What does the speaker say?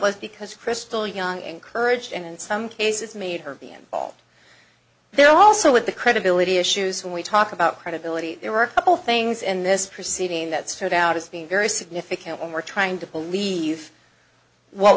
was because crystal young encouraged and in some cases made her be in alt there also with the credibility issues when we talk about credibility there are a couple things in this proceeding that stood out as being very significant when we're trying to believe what